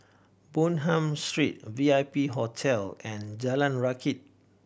Bonham Street V I P Hotel and Jalan Rakit